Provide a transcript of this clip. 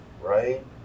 right